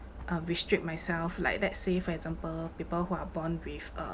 uh restrict myself like let's say for example people who are born with a